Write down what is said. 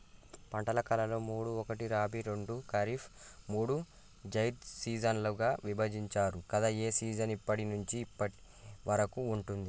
పంటల కాలాలు మూడు ఒకటి రబీ రెండు ఖరీఫ్ మూడు జైద్ సీజన్లుగా విభజించారు కదా ఏ సీజన్ ఎప్పటి నుండి ఎప్పటి వరకు ఉంటుంది?